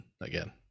again